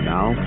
Now